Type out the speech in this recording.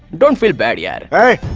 don't feel bad. yeah ah